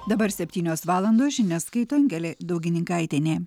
dabar septynios valandos žinias skaito angelė daugininkaitienė